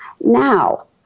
Now